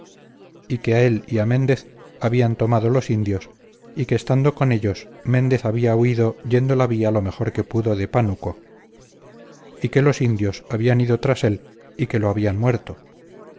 él y a méndez habían tomado los indios y que estando con ellos méndez había huido yendo la vía lo mejor que pudo de pánuco y que los indios habían ido tras él y que lo habían muerto